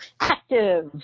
active